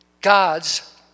God's